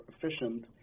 efficient